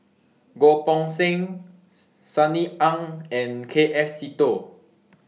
Goh Poh Seng Sunny Ang and K F Seetoh